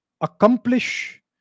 accomplish